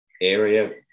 area